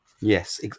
Yes